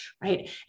right